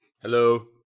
Hello